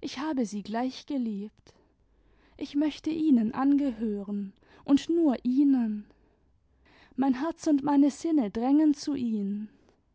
ich habe sie gleich geliebt ich möchte ihnen angehören und nur ihnen mein herz und meine sinne drängen zu ihnen